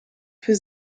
für